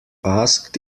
asked